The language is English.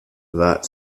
that